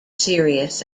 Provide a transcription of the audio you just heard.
serious